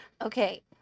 Okay